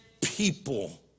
people